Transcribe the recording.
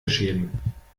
schäden